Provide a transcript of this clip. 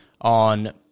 on